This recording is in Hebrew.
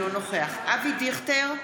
אינו נוכח אבי דיכטר,